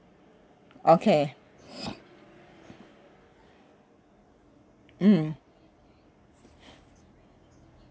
okay mm